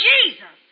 Jesus